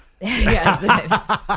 Yes